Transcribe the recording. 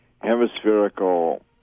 hemispherical